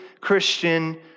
Christian